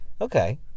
Okay